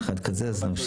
מי נגד?